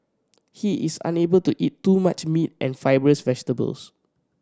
he is unable to eat too much meat and fibrous vegetables